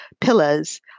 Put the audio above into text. pillars